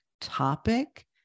topic